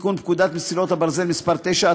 לתיקון פקודת מסילות הברזל (תיקון מס' 9),